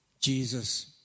Jesus